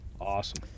awesome